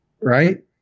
right